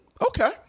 Okay